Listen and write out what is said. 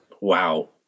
Wow